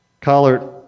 Collard